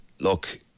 look